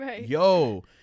yo